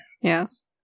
Yes